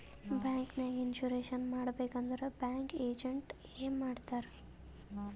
bank ನಾಗ್ insurance ಮಾಡಬೇಕ್ ಅಂದುರ್ ಬ್ಯಾಂಕ್ ಏಜೆಂಟ್ ಎ ಮಾಡ್ತಾರ್